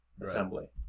assembly